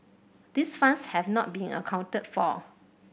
these funds have not been accounted for